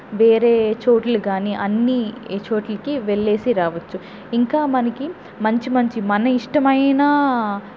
వేరే చోట్లకి గానీ అన్ని చోట్లకి వెళ్ళేసి రావచ్చు ఇంకా మనకి మంచి మంచి మన ఇష్టమైనా